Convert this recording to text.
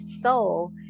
soul